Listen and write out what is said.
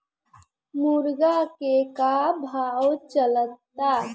मुर्गा के का भाव चलता?